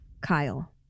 Kyle